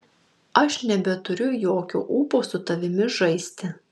aš nebeturiu jokio ūpo su tavimi žaisti